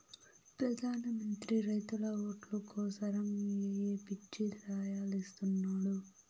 పెదాన మంత్రి రైతుల ఓట్లు కోసరమ్ ఏయో పిచ్చి సాయలిస్తున్నాడు